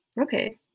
okay